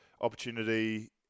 opportunity